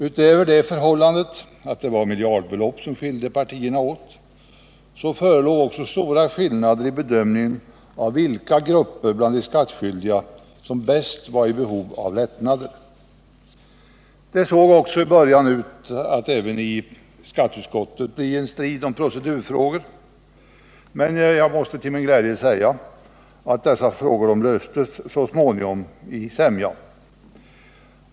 Utöver Den ekonomiska det förhållandet att det var miljardbelopp som skilde partierna åt förelåg också Det såg i början ut att även i skatteutskottet bli en strid om procedurfrågorna, men jag måste till min glädje säga att dessa frågor så småningom löstes i sämja.